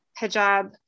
hijab